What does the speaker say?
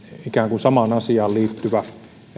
ikään kuin samaan asiaan liittyvä